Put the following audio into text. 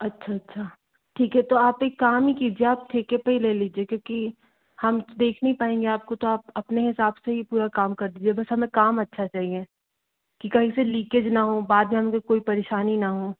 अच्छा अच्छा ठीक है तो आप एक काम ही कीजिए आप ठेके पे ही ले लीजिए क्योंकि हम देख नहीं पायेंगे आपको तो आप अपने ही हिसाब से पूरा काम कर दीजिए बस हमें काम अच्छा चाहिए कि कहीं से लीकेज ना हो बाद में हमें कोई परेशानी ना हो